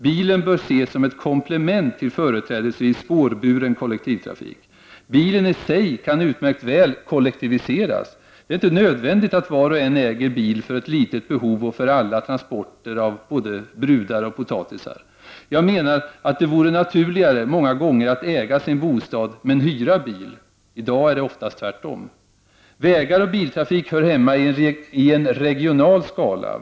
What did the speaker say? Bilen bör ses som ett komplement till företrädesvis spårburen kollektivtrafik. Bilen i sig kan utmärkt väl kollektiviseras. Det är inte nödvändigt att var och en äger en bil för ett litet behov och för alla transporter, både brudar och potatisar. Jag menar att det ofta vore naturligare att äga sin bostad men hyra bil, i dag är det oftast tvärtom. Vägar och biltrafik hör hemma i en regional skala.